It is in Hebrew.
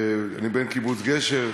אני בן קיבוץ גשר,